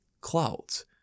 clouds